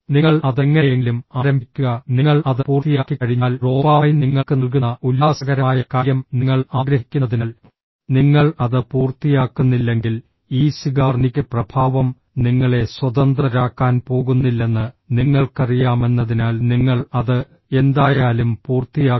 നിങ്ങൾ അത് എങ്ങനെയെങ്കിലും ആരംഭിക്കുക നിങ്ങൾ അത് പൂർത്തിയാക്കിക്കഴിഞ്ഞാൽ ഡോപാമൈൻ നിങ്ങൾക്ക് നൽകുന്ന ഉല്ലാസകരമായ കാര്യം നിങ്ങൾ ആഗ്രഹിക്കുന്നതിനാൽ നിങ്ങൾ അത് പൂർത്തിയാക്കുന്നില്ലെങ്കിൽ ഈ സിഗാർനിക് പ്രഭാവം നിങ്ങളെ സ്വതന്ത്രരാക്കാൻ പോകുന്നില്ലെന്ന് നിങ്ങൾക്കറിയാമെന്നതിനാൽ നിങ്ങൾ അത് എന്തായാലും പൂർത്തിയാക്കും